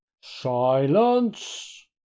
Silence